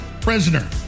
prisoner